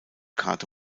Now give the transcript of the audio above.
karte